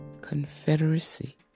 confederacy